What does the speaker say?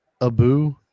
Abu